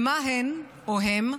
ומה הן או הם?